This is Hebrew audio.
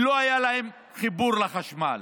כי לא היה להם חיבור לחשמל.